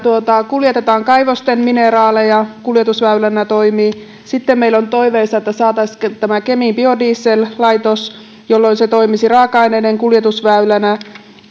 kuljetetaan kaivosten mineraaleja se toimii kuljetusväylänä sitten meillä on toiveissa että saataisiin tämä kemin biodiesellaitos jolloin se toimisi raaka aineiden kuljetusväylänä